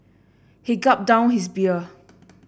he gulped down his beer